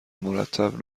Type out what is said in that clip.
مرتب